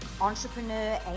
entrepreneur